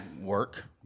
work